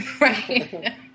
Right